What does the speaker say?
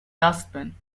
dustbin